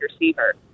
receiver